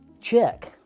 Check